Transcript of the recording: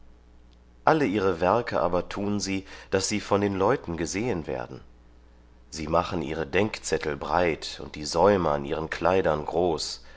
alle ihre werke aber tun sie daß sie von den leuten gesehen werden sie machen ihre denkzettel breit und die säume an ihren kleidern groß